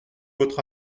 votre